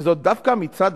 וזאת דווקא מצד